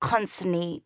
constantly